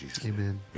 amen